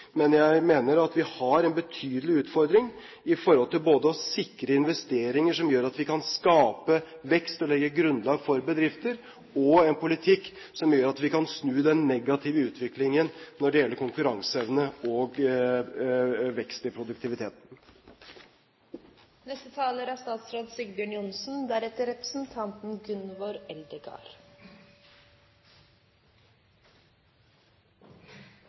Men jeg mener at vi har en betydelig utfordring med hensyn til både å sikre investeringer som gjør at vi kan skape vekst og legge grunnlag for bedrifter, og å føre en politikk som gjør at vi kan snu den negative utviklingen når det gjelder konkurranseevne og vekst i produktiviteten. Jeg tror det er